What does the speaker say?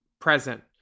present